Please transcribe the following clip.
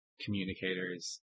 communicators